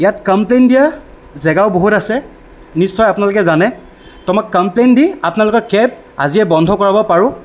ইয়াত কমপ্লেইন দিয়া জেগাও বহুত আছে নিশ্চয় আপোনালোকে জানে তো মই কমপ্লেইন দি আপোনালোকৰ কেব আজিয়েই বন্ধ কৰাব পাৰোঁ